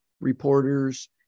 reporters